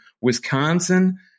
Wisconsin